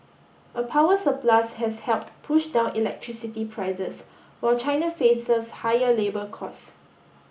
a power surplus has helped push down electricity prices while China faces higher labour cost